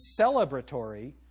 celebratory